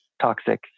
toxic